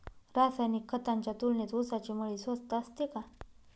रासायनिक खतांच्या तुलनेत ऊसाची मळी स्वस्त असते का?